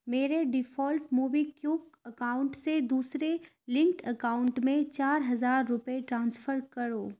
میرے default MobiKwik account سے دوسرے لنکڈ اکاؤنٹ میں چار ہزار روپے ٹرانسفر کرو